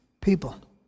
people